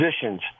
positions